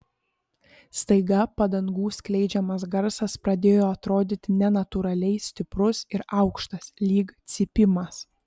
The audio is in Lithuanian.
staiga padangų skleidžiamas garsas pradėjo atrodyti nenatūraliai stiprus ir aukštas lyg cypimas